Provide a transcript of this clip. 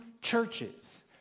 churches